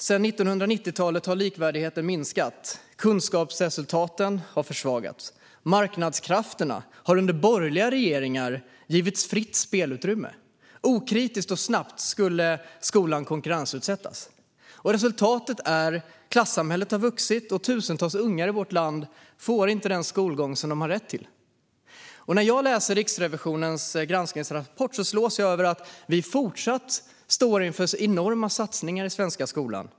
Sedan 1990-talet har likvärdigheten minskat och kunskapsresultaten försvagats. Marknadskrafterna har under borgerliga regeringar givits fritt spelutrymme. Okritiskt och snabbt skulle skolan konkurrensutsättas. Resultatet är att klassamhället har vuxit och att tusentals ungar i vårt land inte får den skolgång som de har rätt till. När jag läser Riksrevisionens granskningsrapport slås jag av att vi fortsätter att stå inför enorma satsningar i den svenska skolan.